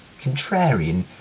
contrarian